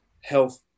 health